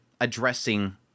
addressing